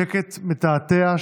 שקט מתעתע,